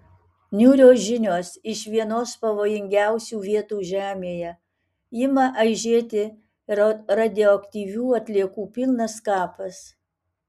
niūrios žinios iš vienos pavojingiausių vietų žemėje ima aižėti radioaktyvių atliekų pilnas kapas